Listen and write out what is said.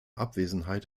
abwesenheit